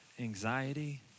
anxiety